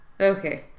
okay